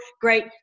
great